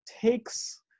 takes